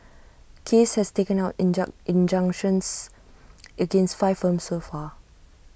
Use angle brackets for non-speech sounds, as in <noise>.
case has taken out <unintelligible> injunctions against five firms so far